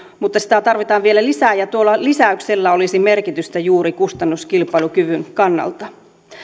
mutta sitä tarvitaan vielä lisää ja tuolla lisäyksellä olisi merkitystä juuri kustannuskilpailukyvyn kannalta